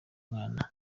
umwana